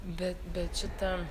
bet bet šita